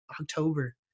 october